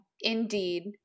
indeed